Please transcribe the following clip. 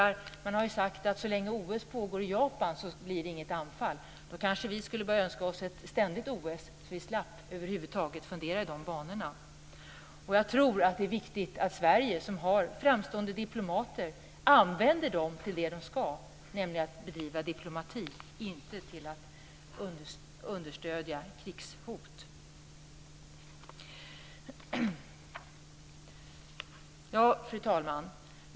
Man har ju sagt att så länge OS pågår i Japan blir det inget anfall. Då kanske vi skulle börja önska oss ett ständigt OS, så att vi slapp att över huvud taget fundera i de banorna. Jag tror att det är viktigt att Sverige som har framstående diplomater använder dem till det de är avsedda för, nämligen att bedriva diplomati, inte till att understödja krigshot. Fru talman!